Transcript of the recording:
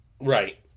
right